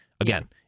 again